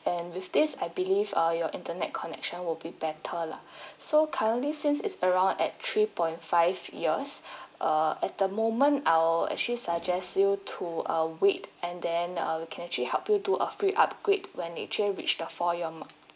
and with this I believe uh your internet connection will be better lah so currently since it's around at three point five years err at the moment I will actually suggest you to uh wait and then uh we can actually help you do a free upgrade when it actually reach the four year mark